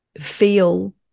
feel